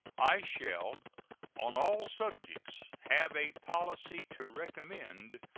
i shall on all subjects have a policy to recommend,